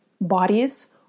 bodies